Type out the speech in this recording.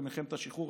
במלחמת השחרור,